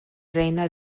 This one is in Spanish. reina